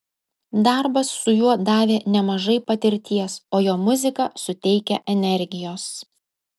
darbas su juo davė nemažai patirties o jo muzika suteikia energijos